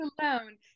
alone